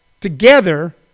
together